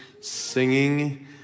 singing